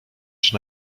czy